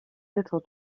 little